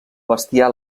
bestiar